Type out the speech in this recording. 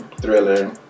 thriller